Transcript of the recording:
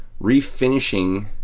refinishing